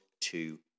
two